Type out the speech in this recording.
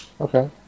Okay